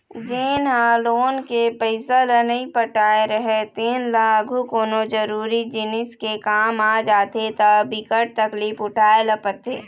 जेन ह लोन के पइसा ल नइ पटाए राहय तेन ल आघु कोनो जरुरी जिनिस के काम आ जाथे त बिकट तकलीफ उठाए ल परथे